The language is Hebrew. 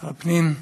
שר הפנים,